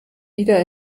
wieder